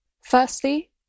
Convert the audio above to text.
Firstly